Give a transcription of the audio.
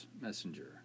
Messenger